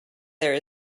there